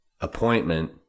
appointment